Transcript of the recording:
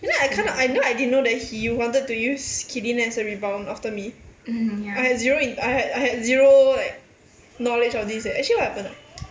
you know I kind of I knew I didn't know that he wanted to use kelene as a rebound after me I had zero in~ I had I had zero like knowledge of these eh actually happen ah